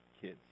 kids